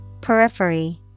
Periphery